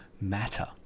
Matter